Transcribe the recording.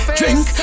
drink